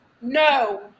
no